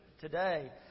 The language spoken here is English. today